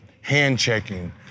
hand-checking